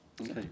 Okay